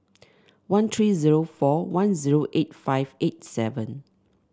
one three zero four one zero eight five eight seven